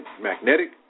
magnetic